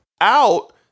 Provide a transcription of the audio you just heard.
out